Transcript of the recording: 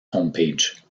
homepage